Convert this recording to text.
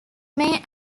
may